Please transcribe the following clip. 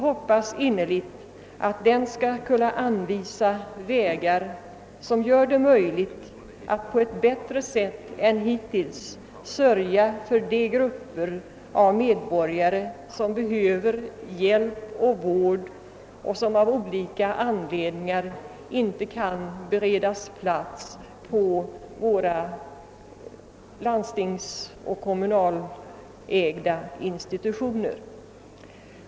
hoppas innerligt att den skall kunna anvisa vägar, som gör det möjligt att på ett bättre sätt än hittills sörja för de grupper av medborgare som behöver hjälp och vård men som av olika anledningar inte kan beredas plats på de landstingsoch kommunägda institutionerna.